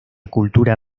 cultura